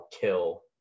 kill